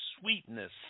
sweetness